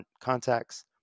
Contacts